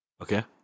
Okay